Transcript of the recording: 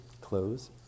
close